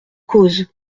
cause